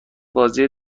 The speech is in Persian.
بازی